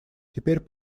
теперь